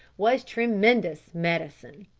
was tremendous medicine!